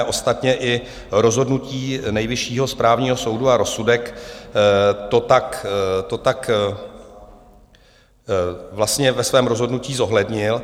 Ostatně i rozhodnutí Nejvyššího správního soudu a rozsudek to tak vlastně ve svém rozhodnutí zohlednil.